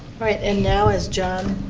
right, and now as john